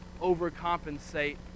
overcompensate